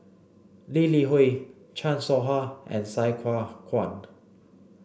Lee Li Hui Chan Soh Ha and Sai Hua Kuan